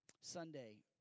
Sunday